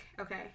okay